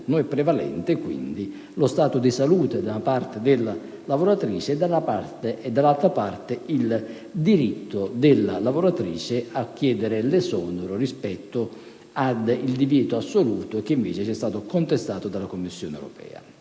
È prevalente, quindi, lo stato di salute della lavoratrice e, dall'altra parte, il diritto della lavoratrice a chiedere l'esonero rispetto al divieto assoluto, che invece ci è stato contestato dalla Commissione europea.